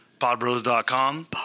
podbros.com